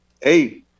Hey